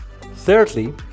Thirdly